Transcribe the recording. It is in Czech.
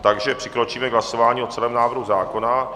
Takže přikročíme k hlasování o celém návrhu zákona.